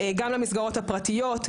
גם למסגרות הפרטיות,